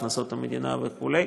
הכנסות המדינה וכו'.